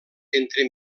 entre